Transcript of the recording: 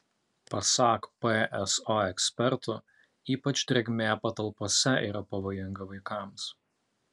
pasak pso ekspertų ypač drėgmė patalpose yra pavojinga vaikams